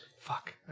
fuck